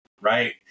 right